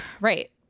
right